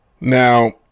Now